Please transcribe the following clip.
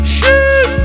Shoot